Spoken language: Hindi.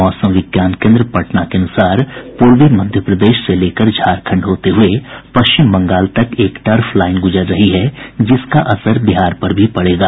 मौसम विज्ञान केन्द्र के अनुसार पूर्वी मध्यप्रदेश से लेकर झारखंड होते हुए पश्चिम बंगाल तक एक टर्फ लाईन गुजर रही है जिसका असर बिहार पर भी पड़ेगा